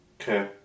Okay